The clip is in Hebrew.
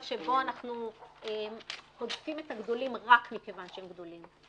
שבו אנחנו הודפים את הגדולים רק מכיוון שהם גדולים.